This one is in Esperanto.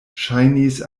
ŝajnis